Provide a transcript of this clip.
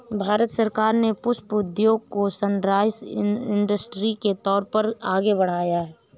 भारत सरकार ने पुष्प उद्योग को सनराइज इंडस्ट्री के तौर पर आगे बढ़ाया है